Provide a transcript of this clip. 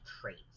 traits